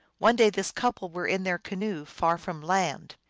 one day this couple were in their canoe, far from land.